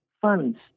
funds